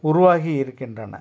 உருவாகி இருக்கின்றன